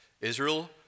Israel